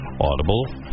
Audible